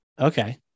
okay